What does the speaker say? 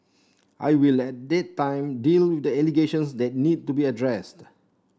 I will at that time deal with the allegations that need to be addressed